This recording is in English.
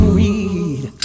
read